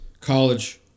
College